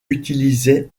utilisaient